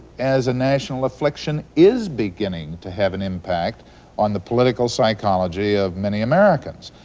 as a national affliction, is beginning to have an impact on the political psychology of many americans.